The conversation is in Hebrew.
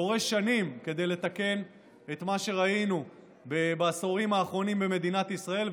זה דורש שנים לתקן את מה שראינו בעשורים האחרונים במדינת ישראל,